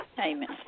Amen